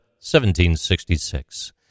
1766